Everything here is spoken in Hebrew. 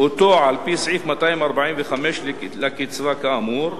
אותו על-פי סעיף 245 לקצבה כאמור,